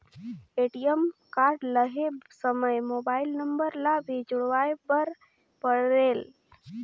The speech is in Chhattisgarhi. ए.टी.एम कारड लहे समय मोबाइल नंबर ला भी जुड़वाए बर परेल?